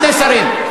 לשני שרים.